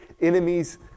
enemies